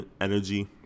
energy